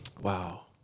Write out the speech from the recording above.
Wow